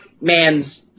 man's